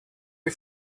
you